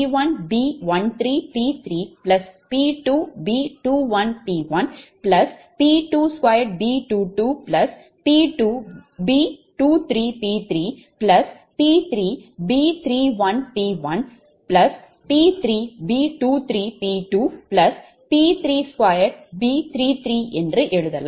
PLossp1mq1mPpPqBpqஎன்பதை விரிவுபடுத்தினால்PLossP21B11 P1 B12 P2 P1 B13 P3 P2 B21 P1 P22B22 P2 B23 P3 P3 B31 P1 P3 B23 P2 P23B33 என்று எழுதலாம்